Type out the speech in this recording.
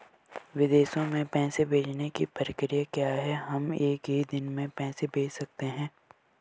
विदेशों में पैसे भेजने की प्रक्रिया क्या है हम एक ही दिन में पैसे भेज सकते हैं?